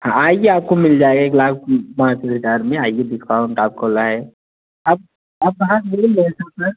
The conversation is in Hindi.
हाँ आइए आपको मिल जाएगा एक लाख पाँच हजार में आइए डिस्काउंट आपको लाए आप आप कहाँ से